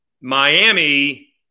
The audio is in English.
Miami